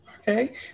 Okay